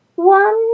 One